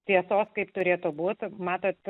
tiesos kaip turėtų būti matote